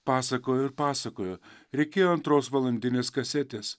pasakojo ir pasakojo reikėjo antros valandinės kasetės